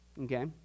okay